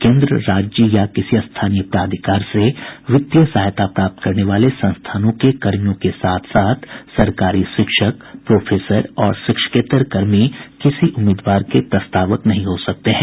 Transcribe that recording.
केन्द्र राज्य या किसी स्थानीय प्राधिकार से वित्तीय सहायता प्राप्त करने वाले संस्थानों के कर्मियों के साथ साथ सरकारी शिक्षक प्रोफेसर और शिक्षकेत्तर कर्मी किसी उम्मीदवार के प्रस्तावक नहीं हो सकते हैं